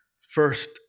first